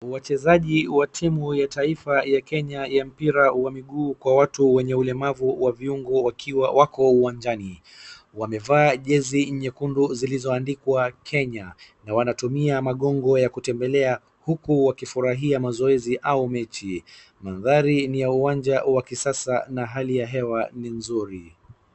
Wachezaji wa timu ya taifa ya Kenya wa mpira wa miguu kwa watu wenye ulemavu wa viungo wakiwa wako uwanjani. Wamevaa jezi nyekundu zilizo andikwa Kenya na wanatumia magongo ya kutemblea huku wakifurahia mazoezi au mechi. Mandhari ni ya uwanja wa kisasa na hali ya hewa ni nzuri.